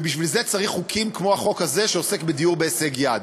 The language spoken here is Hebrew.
ובשביל זה צריך חוקים כמו החוק הזה שעוסק בדיור בהישג יד,